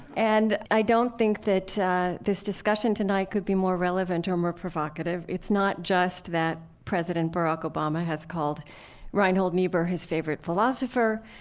and i don't think that this discussion tonight could be more relevant or more provocative. it's not just that president barack obama has called reinhold niebuhr his favorite philosopher,